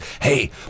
hey